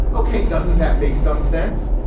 okay. doesn't that make some sense?